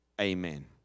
Amen